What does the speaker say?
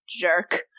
Jerk